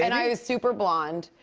and i was super blond.